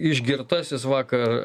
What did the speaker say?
išgirtasis vakar